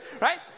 right